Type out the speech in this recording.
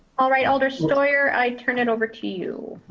all right, alder steuer, i turn it over to you.